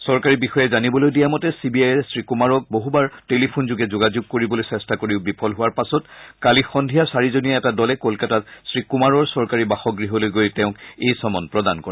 চৰকাৰী বিষয়াই জানিবলৈ দিয়া মতে চি বি আয়ে শ্ৰীকূমাৰক বহুবাৰ টেলিফোনযোগে যোগাযোগ কৰিবলৈ চেষ্টা কৰি বিফল হোৱাৰ পাছত কালি সন্ধিয়া চাৰিজনীয়া এটা দলে কলকাতাত শ্ৰীকমাৰৰ চৰকাৰী বাসগৃহলৈ গৈ তেওঁক এই চমন প্ৰদান কৰে